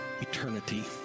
eternity